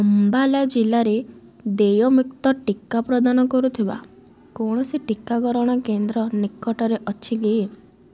ଅମ୍ବାଲା ଜିଲ୍ଲାରେ ଦେୟମୁକ୍ତ ଟିକା ପ୍ରଦାନ କରୁଥିବା କୌଣସି ଟିକାକରଣ କେନ୍ଦ୍ର ନିକଟରେ ଅଛି କି